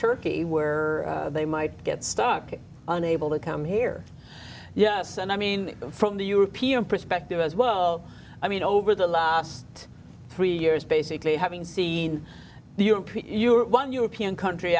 turkey where they might get stuck unable to come here yes and i mean from the european perspective as well i mean over the last three years basically having seen the euro you are one european country